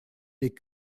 des